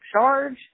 charge